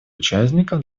участников